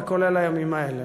וכולל הימים האלה,